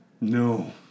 No